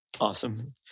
awesome